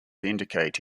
indicate